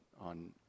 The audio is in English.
on